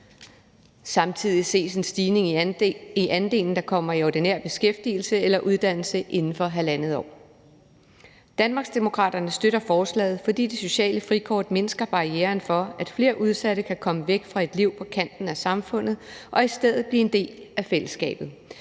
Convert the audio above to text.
Samtidig ses en stigning i andelen af borgere, der kommer i ordinær beskæftigelse eller uddannelse inden for 1½ år. Danmarksdemokraterne støtter forslaget, fordi det sociale frikort mindsker barrieren for, at flere udsatte kan komme væk fra et liv på kanten af samfundet og i stedet blive en del af fællesskabet,